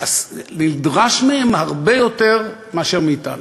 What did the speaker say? שנדרש מהם הרבה יותר מאשר מאתנו,